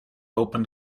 open